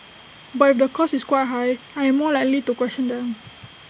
but if the cost is quite high I am more likely to question them